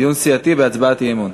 דיון סיעתי בהצעת אי-אמון.